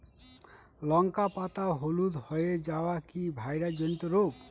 লঙ্কা পাতা হলুদ হয়ে যাওয়া কি ভাইরাস জনিত রোগ?